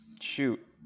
Shoot